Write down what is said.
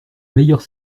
meilleurs